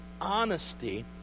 honesty